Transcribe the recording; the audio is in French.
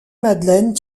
madeleine